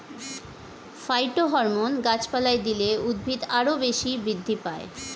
phytohormone গাছপালায় দিলে উদ্ভিদ আরও বেশি বৃদ্ধি পায়